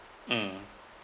mm